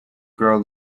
grow